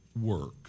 work